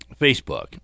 Facebook